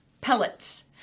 pellets